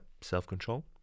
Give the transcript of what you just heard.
Self-control